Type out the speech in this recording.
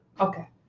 Okay